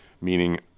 meaning